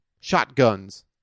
shotguns